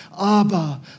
Abba